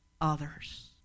others